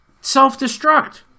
Self-destruct